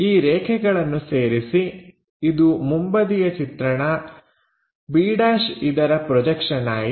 ಈ ರೇಖೆಗಳನ್ನು ಸೇರಿಸಿ ಇದು ಮುಂಬದಿಯ ಚಿತ್ರಣ b' ಇದರ ಪ್ರೊಜೆಕ್ಷನ್ ಆಯಿತು